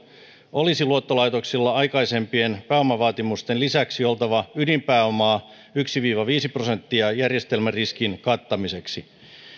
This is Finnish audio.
olisi luottolaitoksilla aikaisempien pääomavaatimusten lisäksi oltava ydinpääomaa yksi viiva viisi prosenttia järjestelmäriskin kattamiseksi